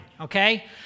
okay